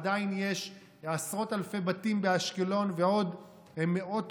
עדיין יש עשרות אלפי בתים באשקלון ועוד מאות